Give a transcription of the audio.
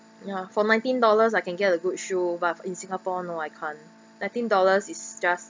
ya for nineteen dollars I can get a good shoe but in singapore no I can't nineteen dollars is just